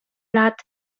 lat